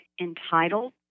entitled